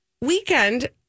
weekend